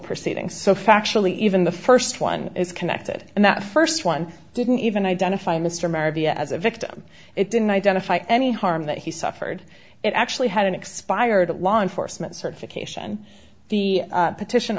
proceedings so factually even the first one is connected and that first one didn't even identify mr merivale as a victim it didn't identify any harm that he suffered it actually had an expired law enforcement certification the petition